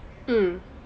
mm